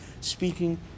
speaking